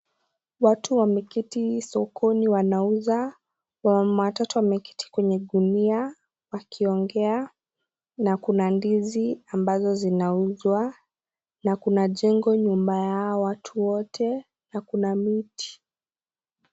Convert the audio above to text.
Watu wameketi sokoni wanauza. Wamama watatu wameketi kwenye gunia wakiongea na kuna ndizi ambazo zinauzwa, na kuna jengo nyuma ya hawa watu wote, na kuna miti.